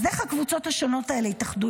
אז "איך הקבוצות השונות האלה התאחדו